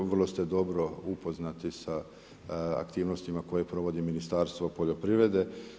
Vrlo ste dobro upoznati sa aktivnostima koje provodi Ministarstvo poljoprivrede.